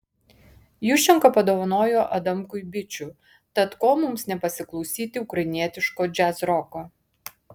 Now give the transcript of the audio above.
juščenka padovanojo adamkui bičių tad ko mums nepasiklausyti ukrainietiško džiazroko